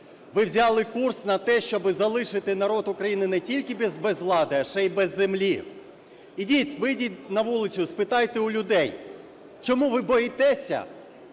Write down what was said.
ви взяли курс на те, щоб залишити народ України не тільки без влади, а ще й без землі. Ідіть вийдіть на вулицю, спитайте у людей. Чому ви боїтеся